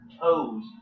toes